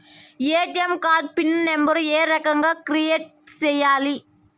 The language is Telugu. ఎ.టి.ఎం కార్డు పిన్ నెంబర్ ఏ రకంగా క్రియేట్ సేయాలి